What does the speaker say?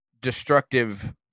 destructive